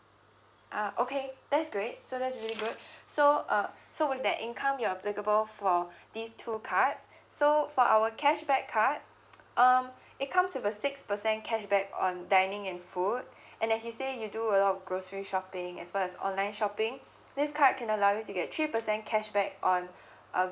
uh okay that's great so that's really good so uh so with that income you're applicable for these two card so for our cashback card um it comes with a six percent cashback on dining in food and as you say you do a lot of grocery shopping as well as online shopping this card can allow you to get three percent cashback on a